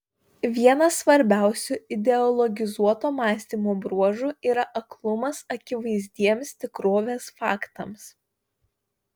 vienas svarbiausių ideologizuoto mąstymo bruožų yra aklumas akivaizdiems tikrovės faktams